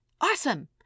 Awesome